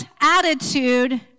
attitude